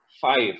five